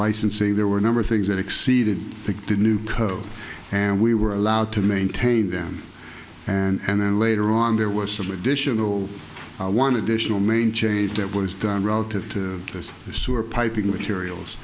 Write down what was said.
licensing there were a number of things that exceeded the new code and we were allowed to maintain them and then later on there was some additional one additional main change that was done relative to this sewer pipe in materials